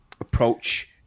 approach